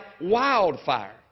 wildfire